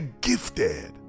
gifted